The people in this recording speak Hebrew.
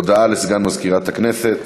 הודעה לסגן מזכירת הכנסת.